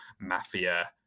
mafia